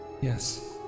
Yes